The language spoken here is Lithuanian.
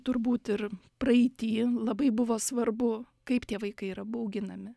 turbūt ir praeity labai buvo svarbu kaip tie vaikai yra bauginami